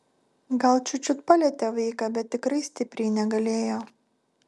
gal čiut čiut palietė vaiką bet tikrai stipriai negalėjo